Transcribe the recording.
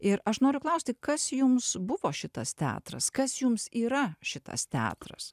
ir aš noriu klausti kas jums buvo šitas teatras kas jums yra šitas teatras